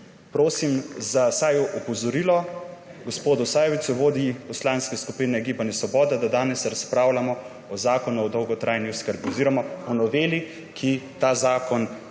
prosim za vsaj opozorilo gospodu Sajovicu, vodji Poslanske skupine Gibanje Svoboda, da danes razpravljamo o Zakonu o dolgotrajni oskrbi oziroma o noveli, ki ta zakon